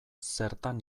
zertan